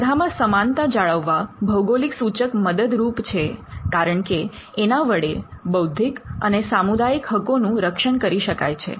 સ્પર્ધામાં સમાનતા જાળવવા ભૌગોલિક સૂચક મદદરૂપ છે કારણકે એના વડે બૌદ્ધિક અને સામુદાયિક હકોનું રક્ષણ કરી શકાય છે